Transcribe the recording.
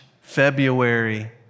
February